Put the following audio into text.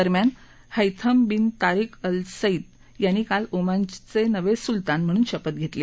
दरम्यान Haitham bin Tariq al Said यांनी काल ओमानच्या नवे सुलतान म्हणून शपथ घेतली